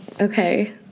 Okay